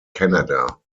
canada